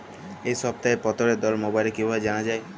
এই সপ্তাহের পটলের দর মোবাইলে কিভাবে জানা যায়?